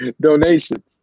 Donations